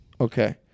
Okay